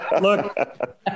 Look